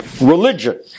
religion